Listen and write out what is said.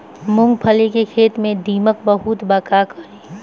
मूंगफली के खेत में दीमक बहुत बा का करी?